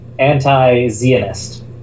anti-Zionist